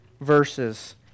verses